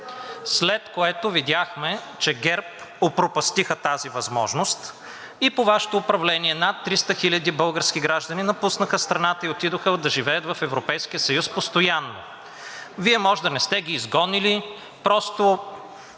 след което видяхме, че ГЕРБ опропастиха тази възможност и по Вашето управление над 300 хиляди български граждани напуснаха страната и отидоха да живеят в Европейския съюз постоянно. Вие може да не сте ги изгонили, просто